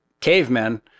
cavemen